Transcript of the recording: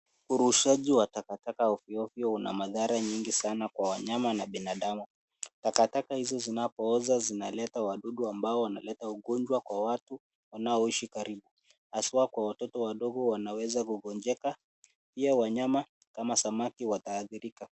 Urushaji wa takataka ovyo ovyo una madhara nyingi sana kwa wanyama na binadamu. Takataka hizo zinapooza zinaleta wadudu ambao wanaleta ugonjwa kwa watu wanaoishi karibu. Haswa kwa watoto wadogo wanaweza kugonjeka pia wanyama kama samaki wataadhirika.